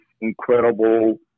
incredible